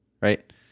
right